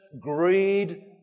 greed